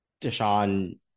deshaun